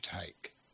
take